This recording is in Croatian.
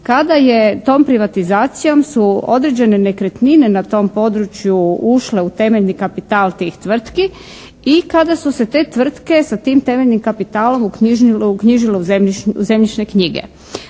kada je tom privatizacijom su određene nekretnine na tom području ušle u temeljni kapital tih tvrtki i kada su se te tvrtke sa tim temeljnim kapitalom uknjižilo u zemljišne knjige.